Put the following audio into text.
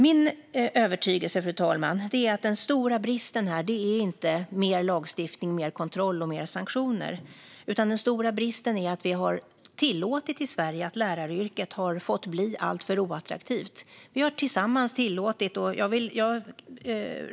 Fru talman! Min övertygelse är att den stora bristen inte handlar om mer lagstiftning, mer kontroll och fler sanktioner, utan den stora bristen är att vi i Sverige har tillåtit att läraryrket har fått bli alltför oattraktivt. Vi har tillsammans tillåtit detta.